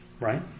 Right